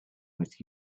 with